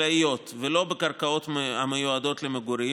חקלאיות ולא בקרקעות המיועדות למגורים,